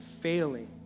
failing